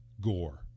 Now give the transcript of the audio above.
gore